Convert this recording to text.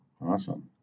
Awesome